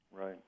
Right